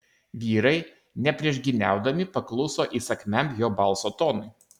vyrai nepriešgyniaudami pakluso įsakmiam jo balso tonui